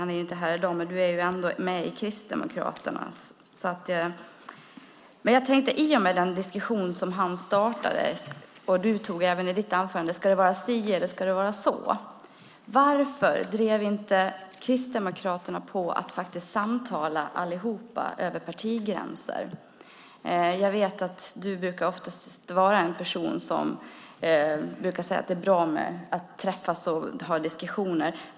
Han är inte här i dag, men du är med i Kristdemokraterna. I och med den diskussion som han startade och med tanke på att du i ditt anförande undrade om det ska vara si eller så vill jag fråga: Varför drev Kristdemokraterna inte på om att samtala med alla över partigränser? Jag vet att du är en person som brukar säga att det är bra att träffas och ha diskussioner.